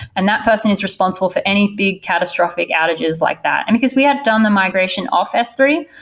and that person is responsible for any big catastrophic outages like that, and because we had done the migration off s three,